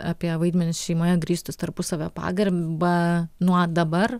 apie vaidmenis šeimoje grįstus tarpusavio pagarba nuo dabar